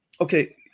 okay